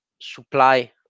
supply